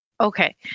Okay